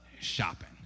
shopping